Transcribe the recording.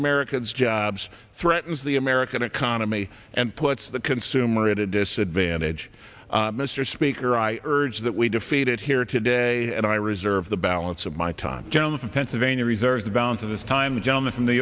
america's jobs threatens the american economy and puts the consumer at a disadvantage mr speaker i urge that we defeat it here today and i reserve the balance of my time gentleman from pennsylvania reserves the balance of this time the gentleman from new